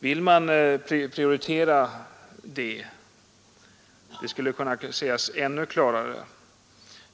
Vill man prioritera detta? Det skulle kunna sägas ännu klarare.